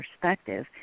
perspective